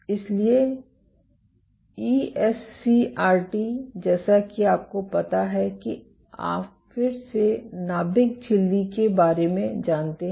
इसलिए ईएससीआरटी जैसा कि आपको पता है कि आप फिर से नाभिक झिल्ली के बारे में जानते हैं